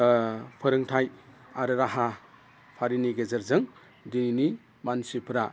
फोरोंथाय आरो राहा हारिनि गेजेरजों दिनैनि मानसिफोरा